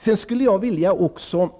Beträffande nedskärningarna vill jag också